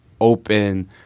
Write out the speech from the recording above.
open